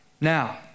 Now